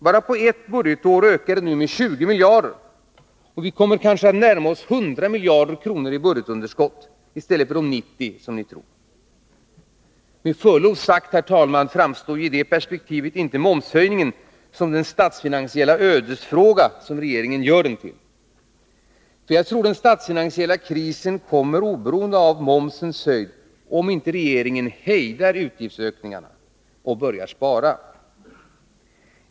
Bara på ett budgetår ökar utgifterna med 20 miljarder kronor och underskottet kommer sannolikt att närma sig 100 miljarder i stället för de 90 miljarder som ni tror. Med förlov sagt, i detta perspektiv framstår inte momshöjningen som den statsfinansiella ödesfråga som regeringen gör den till. Den statsfinansiella krisen kommer oberoende av momsens höjd, om inte regeringen hejdar utgiftsökningarna och börjar spara.